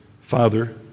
father